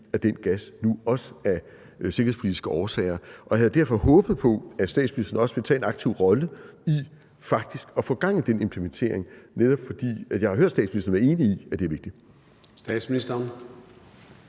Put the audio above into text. af den gas, nu også af sikkerhedspolitiske årsager, og jeg havde derfor håbet på, at statsministeren også ville tage en aktiv rolle i faktisk at få gang i den implementering, netop fordi jeg har hørt statsministeren være enig i, at det er vigtigt. Kl.